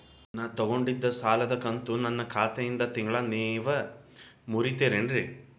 ನಾ ತೊಗೊಂಡಿದ್ದ ಸಾಲದ ಕಂತು ನನ್ನ ಖಾತೆಯಿಂದ ತಿಂಗಳಾ ನೇವ್ ಮುರೇತೇರೇನ್ರೇ?